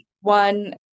One